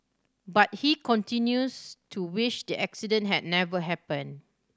but he continues to wish the accident had never happened